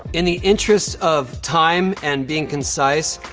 in the interest of time and being concise,